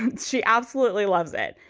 and she absolutely loves it.